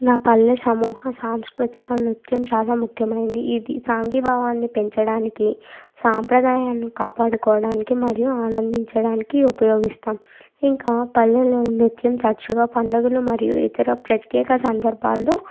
నా పల్లె సమూహ సాంస్కృతిక నృత్యం చాలా ముఖ్యమైనది ఇది సంగీభావాన్ని పెంచడానికి సాంప్రదాయాన్ని కాపాడుకోవడానికి మరియు ఆనందించడానికి ఉపయోగిస్తాం ఇంక పల్లెల్లో నృత్యం తరచుగా పండగలు మరియు ఇతర ప్రత్యేక సందర్భాల్లో